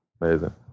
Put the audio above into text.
Amazing